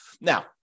Now